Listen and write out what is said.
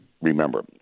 remember